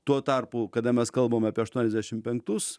tuo tarpu kada mes kalbame apie aštuoniasdešim penktus